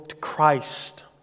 Christ